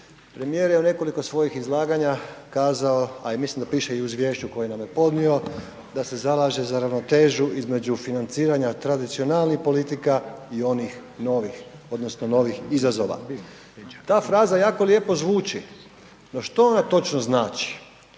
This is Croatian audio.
Premijer je u nekoliko svojih izlaganja kazao a i mislim da piše u izvješću koje nam je podnio da se zalaže za ravnotežu između financiranja tradicionalnih politika i onih novih, odnosno novih izazova. Ta fraza jako lijepo zvuči no što ona točno znači?